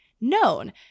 known